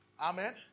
Amen